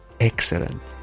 Excellent